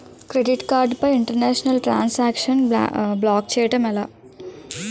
Credit card పై international transaction block చేయటం ఎలా?